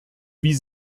wie